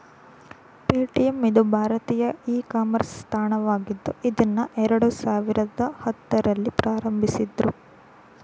Paytm ಇದು ಭಾರತೀಯ e commerce ತಾಣವಾಗಿದ್ದು ಇದ್ನಾ ಎರಡು ಸಾವಿರದ ಹತ್ತುರಲ್ಲಿ ಪ್ರಾರಂಭಿಸಿದ್ದ್ರು